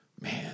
man